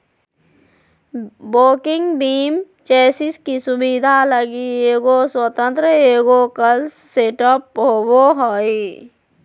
walking beam chassis की सुबिधा लगी एगो स्वतन्त्र एगोक्स्ल सेटअप होबो हइ